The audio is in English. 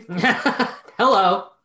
Hello